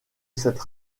cette